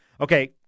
Okay